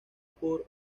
por